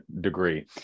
degree